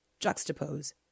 juxtapose